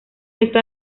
esta